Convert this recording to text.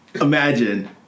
Imagine